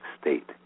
state